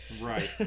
Right